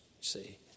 See